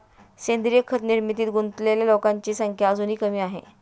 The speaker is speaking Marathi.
सेंद्रीय खत निर्मितीत गुंतलेल्या लोकांची संख्या अजूनही कमी आहे